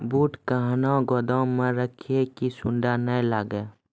बूट कहना गोदाम मे रखिए की सुंडा नए लागे?